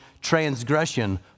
transgression